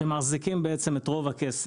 שמחזיקים את רוב הכסף.